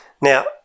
Now